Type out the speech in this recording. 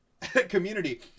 community